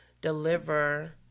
deliver